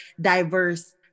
diverse